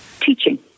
teaching